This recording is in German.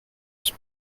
ist